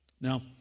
Now